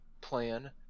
plan